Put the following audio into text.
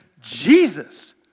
Jesus